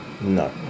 No